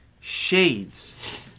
shades